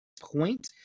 point